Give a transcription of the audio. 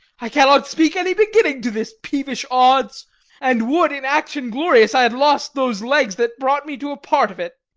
i cannot speak any beginning to this peevish odds and would in action glorious i had lost those legs that brought me to a part of it!